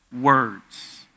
words